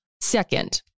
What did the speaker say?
Second